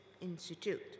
institute